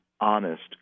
honest